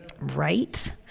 Right